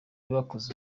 bakoze